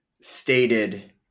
stated